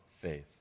faith